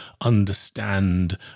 understand